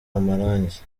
amarangi